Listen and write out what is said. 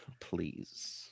please